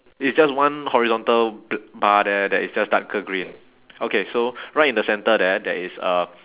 it's just one horizontal bl~ bar there that is just darker green okay so right in the centre there there is a